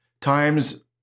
times